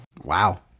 wow